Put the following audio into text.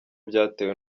byatewe